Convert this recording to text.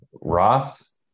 Ross